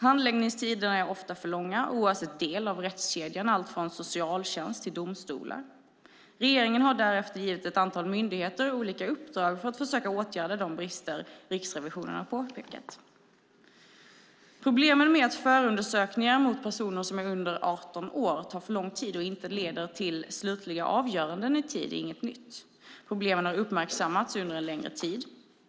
Handläggningstiderna är ofta för långa oavsett del av rättskedjan, allt från socialtjänst till domstolar. Regeringen har därefter givit ett antal myndigheter olika uppdrag för att försöka åtgärda de brister som Riksrevisionen har påpekat. Problemen med att förundersökningar mot personer som är under 18 år tar för lång tid och inte leder till slutliga avgöranden i tid är inget nytt. Problemen har uppmärksammats under en längre tid.